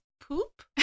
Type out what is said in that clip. poop